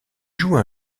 joue